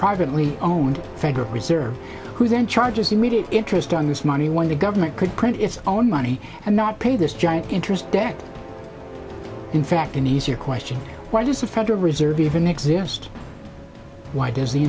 privately owned federal reserve who then charges immediate interest on this money when the government could print its own money and not pay this giant interest debt in fact an easier question why does a federal reserve even exist why does the